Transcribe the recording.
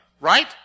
right